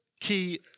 key